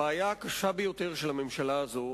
הבעיה הקשה ביותר של הממשלה הזאת,